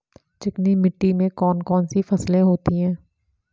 चिकनी मिट्टी में कौन कौन सी फसलें होती हैं?